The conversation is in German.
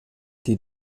die